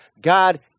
God